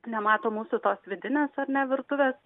nemato mūsų tos vidinės ar ne virtuvės